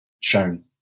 shown